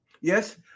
Yes